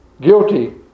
Guilty